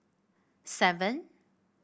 seven